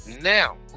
Now